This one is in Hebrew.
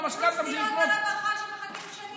אוכלוסיות הרווחה שמחכות שנים לדיון ציבורי.